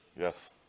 Yes